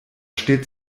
steht